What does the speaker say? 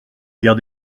bière